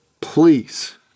please